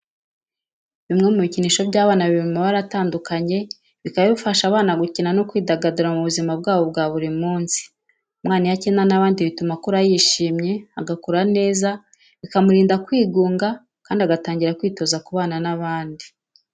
Bimwe mu bikinisho by'abana biri mu mabara atandukanye, bikaba bifasha abana gukina no kwidagadura mu buzima bwabo bwa buri munsi. Umwana iyo akina n'abandi bituma akura yishimye, agakura neza, bikamurinda kwigunga kandi agatangira kwitoza kubana n'abandi.